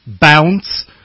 bounce